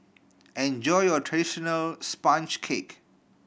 enjoy your traditional sponge cake